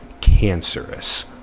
cancerous